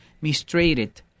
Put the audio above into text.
mistreated